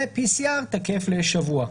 ו-PCR תקף לשבוע.